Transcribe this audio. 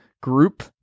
group